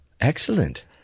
Excellent